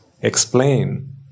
explain